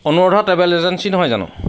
Anuradha travel agency নহয় জানো